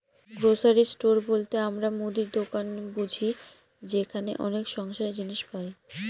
grocery store বলতে আমরা মুদির দোকান বুঝি যেখানে অনেক সংসারের জিনিস পাই